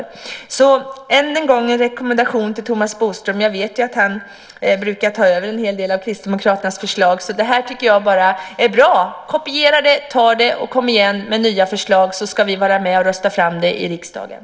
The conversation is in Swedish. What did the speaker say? Jag vill än en gång ge en rekommendation till Thomas Bodström. Jag vet ju att han brukar ta över en hel del av Kristdemokraternas förslag, och det tycker jag bara är bra. Kopiera det här, ta det och kom igen med nya förslag, så ska vi vara med och rösta fram dem i riksdagen!